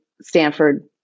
Stanford